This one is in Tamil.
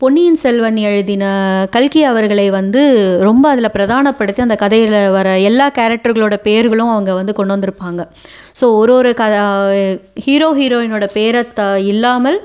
பொன்னியின் செல்வன் எழுதிய கல்கி அவர்களை வந்து ரொம்ப அதில் பிரதானப்படுத்தி அந்த கதையில் வர எல்லா கேரக்டர்களோட பேர்களும் அவங்க வந்து கொண்டு வந்திருப்பாங்க ஸோ ஒரு ஒரு ஹீரோ ஹீரோயினோட பேர் இல்லாமல்